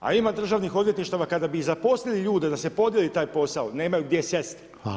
A ima državnih odvjetništava kada bi zaposlili ljude da se podijeli taj posao nemaju gdje sjest.